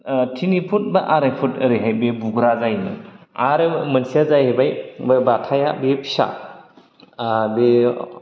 ओ थिनि फुट बा आराय फुट ओरैहाय बे बुग्रा जायोमोन आरो मोनसे जाहैबाय बे बाथाया बे फिसा ओ बे